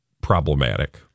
problematic